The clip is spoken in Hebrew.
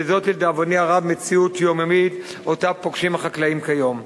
וזאת לדאבוני הרב מציאות יומיומית שאותה פוגשים החקלאים כיום.